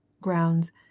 grounds